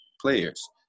players